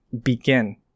begin